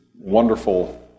wonderful